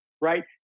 right